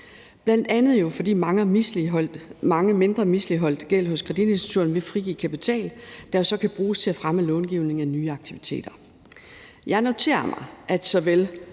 bl.a. fordi meget mindre misligholdt gæld hos kreditinstitutterne vil frigive kapital, der jo så kan bruges til at fremme långivningen af nye aktiviteter. Jeg noterer mig, at såvel